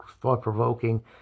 thought-provoking